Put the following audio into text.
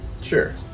Sure